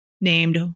named